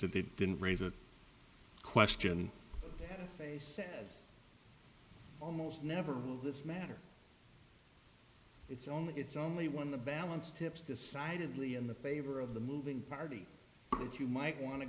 that they didn't raise a question almost never will this matter it's only it's only when the balance tips decidedly in the favor of the moving party you might want to